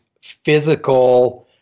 physical